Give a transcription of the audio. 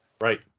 Right